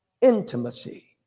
intimacy